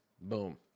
Boom